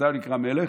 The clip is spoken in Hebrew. מתי הוא נקרא מלך?